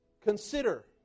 consider